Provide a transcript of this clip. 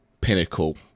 pinnacle